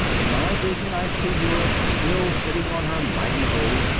in my vision i see europe still sitting on her mighty bull,